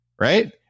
right